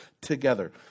together